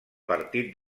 partit